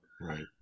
right